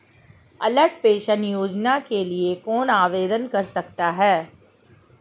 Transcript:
अटल pension योजना के लिए कौन आवेदन कर सकता है?